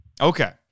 Okay